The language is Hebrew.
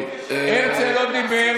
הרצל לא דיבר,